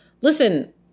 Listen